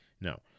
no